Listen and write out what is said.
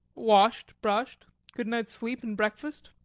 washed brushed good night's sleep and breakfast.